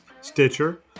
Stitcher